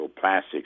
plastics